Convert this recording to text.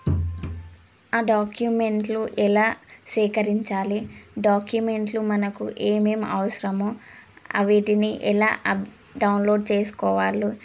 ఆ డాక్యుమెంట్లు ఎలా సేకరించాలి డాక్యుమెంట్లు మనకు ఏమేం అవసరమో వాటిని ఎలా అబ్ డౌన్లోడ్ చేసుకోవాలో